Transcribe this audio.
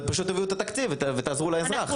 פשוט תביאו את התקציב ותעזרו לאזרח.